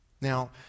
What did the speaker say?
Now